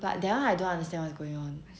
but that one I don't understand what's going on